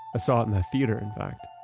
saw it in the theater in fact.